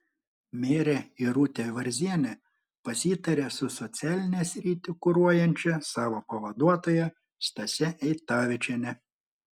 merė irutė varzienė pasitarė su socialinę sritį kuruojančia savo pavaduotoja stase eitavičiene